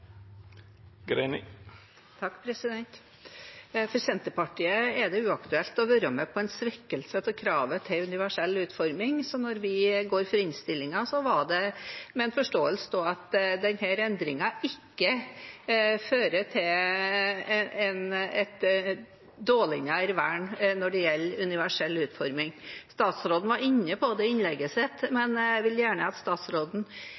For Senterpartiet er det uaktuelt å være med på en svekkelse av kravet til universell utforming, så når vi går for innstillingen, er det med en forståelse av at denne endringen ikke fører til et dårligere vern når det gjelder universell utforming. Statsråden var inne på det i innlegget sitt, men jeg vil gjerne at statsråden